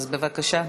אז בבקשה.